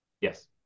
Yes